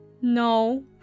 No